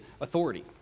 authority